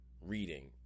reading